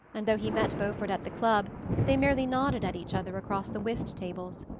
and though he met beaufort at the club they merely nodded at each other across the whist-tables.